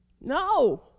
No